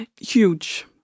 huge